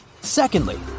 Secondly